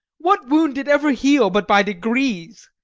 what wound did ever heal but by degrees?